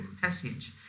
passage